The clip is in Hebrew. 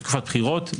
בתקופת בחירות,